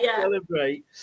Celebrate